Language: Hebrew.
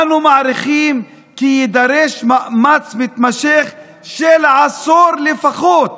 אנו מעריכים כי יידרש מאמץ מתמשך של עשור לפחות